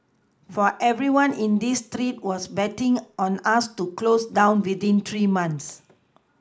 for everyone in this street was betting on us to close down within three months